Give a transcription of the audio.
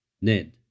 Ned